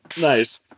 Nice